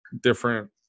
different